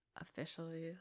officially